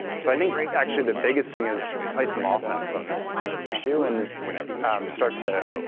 so i think actually the biggest thing is play some ah offense on this on this issue and start to